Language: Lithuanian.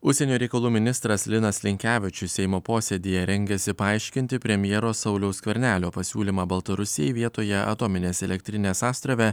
užsienio reikalų ministras linas linkevičius seimo posėdyje rengiasi paaiškinti premjero sauliaus skvernelio pasiūlymą baltarusijai vietoje atominės elektrinės astrave